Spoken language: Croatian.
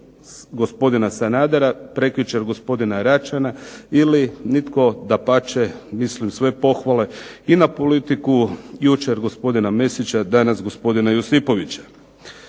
gospodina Sanadera, prekjučer gospodina Račana, ili nitko dapače, mislim sve pohvale i na politiku jučer gospodina Mesića, danas gospodina Josipovića.